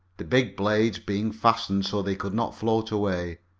the big blades being fastened so they could not float away.